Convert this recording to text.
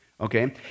Okay